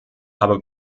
aber